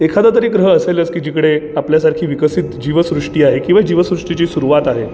एखादा तरी ग्रह असेलच की जिकडे आपल्यासारखी विकसित जीवसृष्टी आहे किंवा जीवसृष्टीची सुरुवात आहे